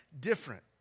different